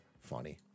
funny